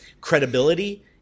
credibility